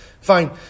fine